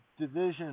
Division